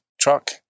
truck